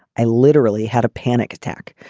i literally had a panic attack.